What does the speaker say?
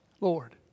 Lord